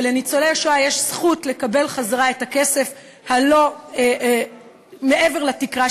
שלניצולי השואה יש זכות לקבל חזרה את הכסף שנגבה מהם מעבר לתקרה,